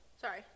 Sorry